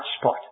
spot